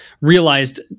realized